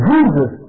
Jesus